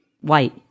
white